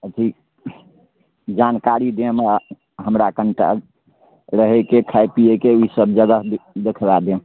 अथी जानकारी देम हमरा कनिटा रहैके खाय पियैके ई सब जगह सब देखबा देम